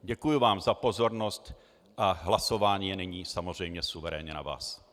Děkuji vám za pozornost a hlasování je nyní samozřejmě suverénně na vás.